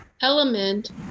element